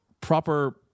proper